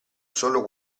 solo